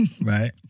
right